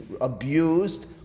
abused